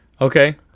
Okay